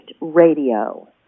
Radio